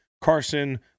Carson